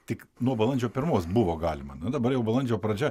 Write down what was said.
tik nuo balandžio pirmos buvo galima na dabar jau balandžio pradžia